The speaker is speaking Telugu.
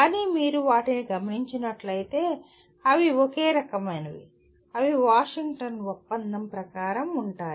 కానీ మీరు వాటిని గమనించినట్లైతే అవి ఒకే రకమైనవి అవి వాషింగ్టన్ ఒప్పందం ప్రకారం ఉంటాయి